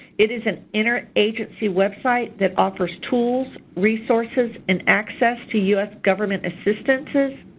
it is an interagency web site that offers tools, resources and access to us government assistances.